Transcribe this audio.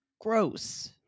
gross